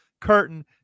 Curtain